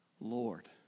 Lord